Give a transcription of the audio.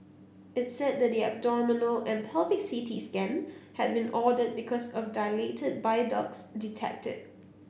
it said the abdominal and pelvic C T scan had been ordered because of dilated bile ducts detected